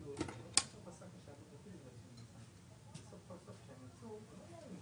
מחירי הפירות והירקות עלו ב-20 השנים האחרונות